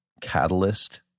catalyst